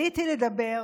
עליתי לדבר